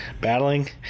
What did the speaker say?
battling